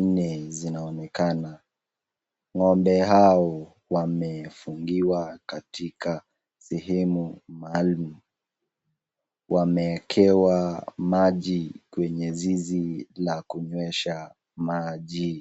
nne zinaonekana ng'ombe hao wamefungiwa katika sehemu maalum wamewekewa maji kwenye zizi la kunywesha maji.